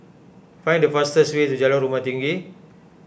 find the fastest way to Jalan Rumah Tinggi